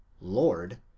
Lord